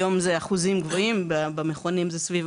אז הצבענו עליו.